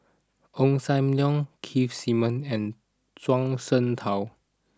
Ong Sam Leong Keith Simmons and Zhuang Shengtao